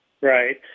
right